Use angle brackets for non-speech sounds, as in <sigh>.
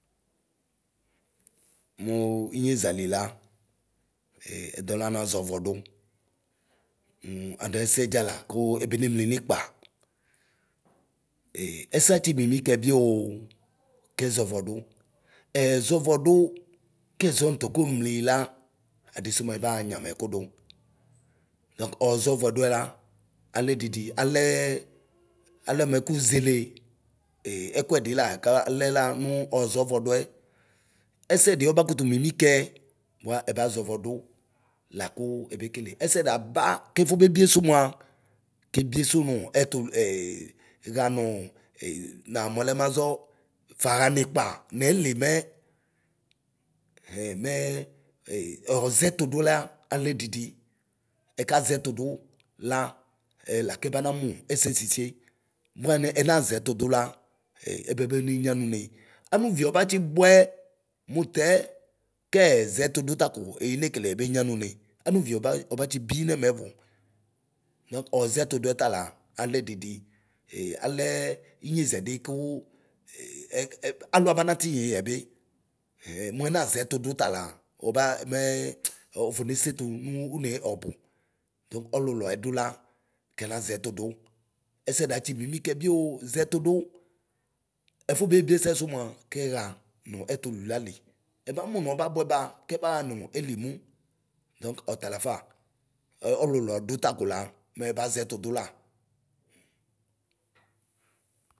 Muu inyeʒa Lila ɛ ɛdalana ʒɔvɔdʋ hm adɛsɛdzala ku ebenemli nikpa. E ɛsɛ atsi mimikɛ bioo kɛʒɔvɔdu. Ɛɛʒɔvɔdu kɛʒɔ ntakomli la adisu mɛbaɣa nyamɛku du; dɔk ɔɔʒɔ vɔduɛ la alɛdidi alɛɛ alɛ mɛku ɛele e ɛkuɛdɔ la kalɛ la nuu ɔʒɔvɔduɛ. Ɛsɛdɔ ɔba kutu minikɛ bua ɛba ʒɔvɔdu laku ebekele. Ɛsɛdi aba kefo bebiesu mua. kebiesu nu ɛtʋlʋ <hesitation> ɣanuu ee namu alɛ maʒɔ, faɣa. nikpa nɛli mɛ.ɛhɛ mɛɛ e ɔɔʒɛtudu la ale didi. Ɛkaʒɛtudu laɛ lakɛbana mu ɛsɛ sisie. Bua mɛ ɛnʒɛtudu la e ebebe nenyɣ nune. Anuvio ɔbatsi bʋɛ mutɛ kɛɛʒɛtu du tako eeyinekele ebenyɣ nune. Anuvio abaɔbabi nɛmɛ ɛvʋ; dɔk ɔʒɛtuduɛ tala alɛ didi. Ee alɛ inyeʒɛdi kuu ee aluamana tinyiyɛ be. Ɛhɛ muɛna ʒɛtudu ta la ɔbaa mɛɛ ''ptsi'' ofo nesetu nuu une ɔbʋ. Duk ɔlulu ɛdula, kɛnaʒɛtudu. Ɛsɛdi atsi nimie kɛ bioo ʒɛtudu. Ɛfobie ɛsɛsu mua kɛɣa nu ɛtululuia li, ɛbamu nu ɔbabu ɛba kɛbaɣa nu ɛlemʋ. Dɔŋk ɔtalafa ɣlulu ɛdu takola mɛbaʒɛtudu la.